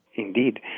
Indeed